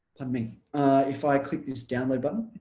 i mean if i click this download button